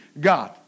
God